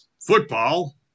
football